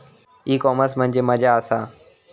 E commerce म्हणजे मझ्या आसा?